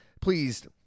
Please